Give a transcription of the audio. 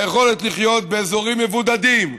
היכולת לחיות באזורים מבודדים,